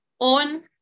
on